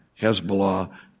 Hezbollah